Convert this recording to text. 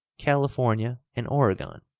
california, and oregon,